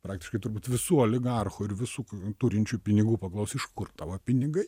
praktiškai turbūt visų oligarchų ir visų turinčių pinigų paklaus iš kur tavo pinigai